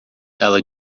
ela